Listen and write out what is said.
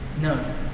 No